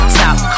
top